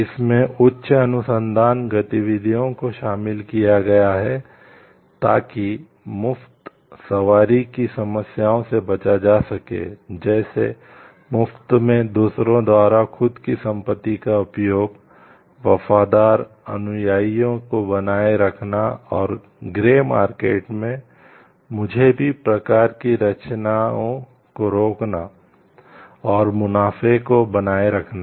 इसमें उच्च अनुसंधान गतिविधियों को शामिल किया गया है ताकि मुक्त सवारी की समस्याओं से बचा जा सके जैसे मुफ्त में दूसरों द्वारा खुद की संपत्ति का उपयोग वफादार अनुयायियों को बनाए रखना और ग्रे मार्केट में मुझे भी प्रकार की रचनाओं को रोकना और मुनाफे को बनाए रखना